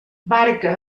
barca